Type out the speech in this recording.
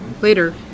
Later